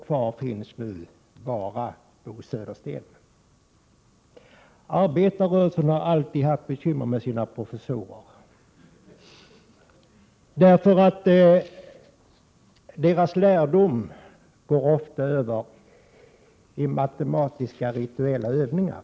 Kvar finns nu bara Bo Södersten. Arbetarrörelsen har alltid haft bekymmer med sina professorer. Deras lärdom går ofta över i rituella matematiska övningar.